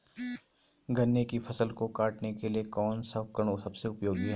गन्ने की फसल को काटने के लिए कौन सा उपकरण सबसे उपयोगी है?